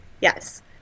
Yes